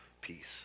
peace